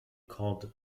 cordes